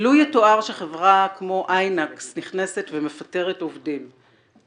לו יתואר שחברה כמו "איינקס" נכנסת ומפטרת עובדים,